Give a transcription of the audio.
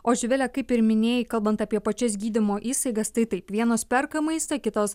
o živile kaip ir minėjai kalbant apie pačias gydymo įstaigas tai taip vienos perka maistą kitos